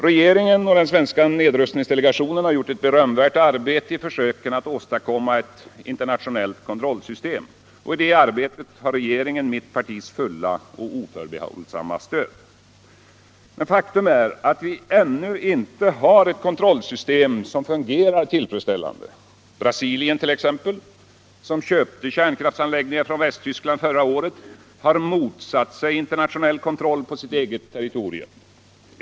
Regeringen och den svenska nedrustningsdelegationen har gjort ett berömvärt arbete i försöken att åstadkomma ett internationellt kontrollsystem. I detta arbete har regeringen mitt partis fulla och oförbehållsamma stöd. Men faktum är att vi ännu inte har ett kontrollsystem som fungerar tillfredsställande. Brasilien t.ex., som köpte kärnkraftsanläggningar från Västtyskland förra året, har motsatt sig internationell kontroll på sitt eget territorium.